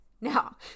Now